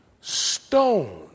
Stone